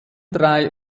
drei